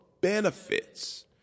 benefits